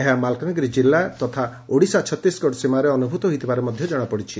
ଏହା ମାଲକାନଗିରି କିଲ୍ଲୁ ତଥା ଓଡ଼ିଶା ଛତିଶଗଡ଼ ସୀମାରେ ଅନୁଭ୍ରତ ହୋଇଥିବା ଜଣାପଡ଼ିଛି